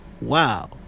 Wow